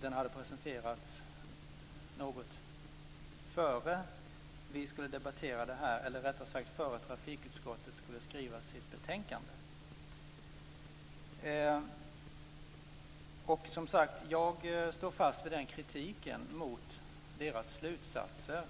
den hade presenterats något innan trafikutskottet skulle skriva sitt betänkande. Som sagt står jag fast vid kritiken mot deras slutsatser.